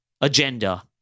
agenda